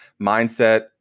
mindset